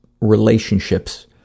relationships